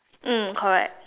mm correct